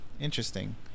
interesting